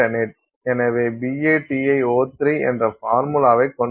எனவே இது BaTiO3 என்ற பார்முலாவை கொண்டுள்ளது